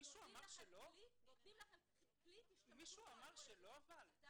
ברור, מישהו אמר שלא?